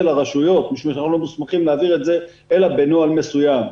לרשויות משום שאנחנו לא מוסמכים להעביר את זה אלא בנוהל מסוים.